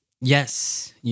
Yes